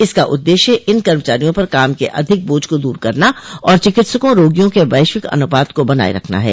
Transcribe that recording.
इसका उद्देश्य इन कर्मचारियों पर काम के अधिक बोझ को दूर करना और चिकित्सकों रोगियों के वैश्विक अनुपात को बनाए रखना है